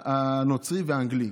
הנוצרי והאנגלי,